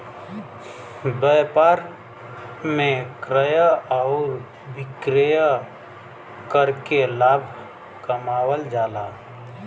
व्यापार में क्रय आउर विक्रय करके लाभ कमावल जाला